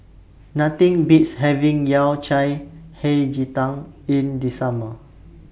Nothing Beats having Yao Cai Hei Ji Tang in The Summer